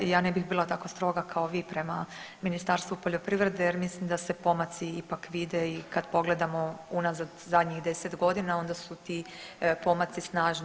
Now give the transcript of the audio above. Ja ne bih bila tako stroga kao vi prema Ministarstvu poljoprivrede jer mislim da se pomaci ipak vide i kad pogledamo unazad zadnjih 10 godina onda su ti pomaci snažni.